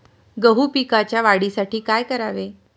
गहू पिकाच्या वाढीसाठी काय करावे?